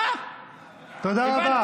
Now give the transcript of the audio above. תודה רבה.